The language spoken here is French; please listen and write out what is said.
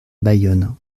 bayonne